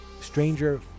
Stranger